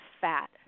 fat